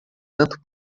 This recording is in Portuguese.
tanto